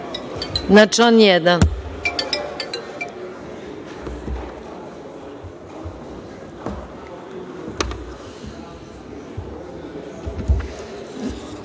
na član 1.